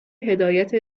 هدایت